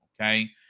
Okay